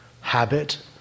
habit